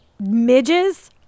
Midges